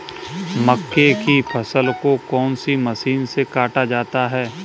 मक्के की फसल को कौन सी मशीन से काटा जाता है?